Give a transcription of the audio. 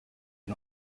and